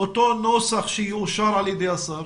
אותו נוסח שיאושר על ידי השר.